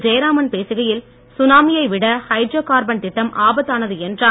ஜெயராமன் பேசுகையில் சுனாமியை விட ஹைட்ரோ கார்பன் திட்டம் ஆபத்தானது என்றார்